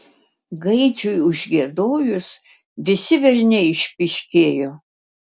gaidžiui užgiedojus visi velniai išpyškėjo